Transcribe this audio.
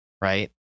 right